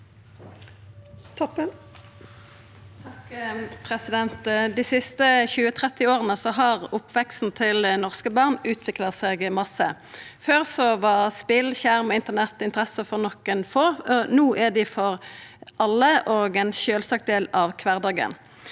Toppe Dei siste 20–30 åra har oppveksten til norske barn utvikla seg masse. Før var spel, skjerm og internett interesser for nokre få. No er dei for alle og er ein sjølvsagt del av kvardagen.